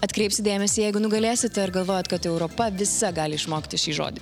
atkreips dėmesį jeigu nugalėsit ar galvojate kad europa visa gali išmokti šį žodį